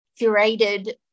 curated